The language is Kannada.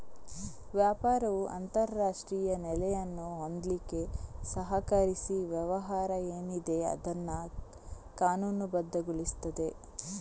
ವ್ಯಾಪಾರವು ಅಂತಾರಾಷ್ಟ್ರೀಯ ನೆಲೆಯನ್ನು ಹೊಂದ್ಲಿಕ್ಕೆ ಸಹಕರಿಸಿ ವ್ಯವಹಾರ ಏನಿದೆ ಅದನ್ನ ಕಾನೂನುಬದ್ಧಗೊಳಿಸ್ತದೆ